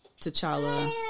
T'Challa